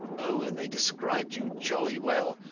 oh! and they described you jolly well,